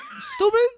Stupid